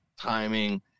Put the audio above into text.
timing